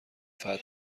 فتح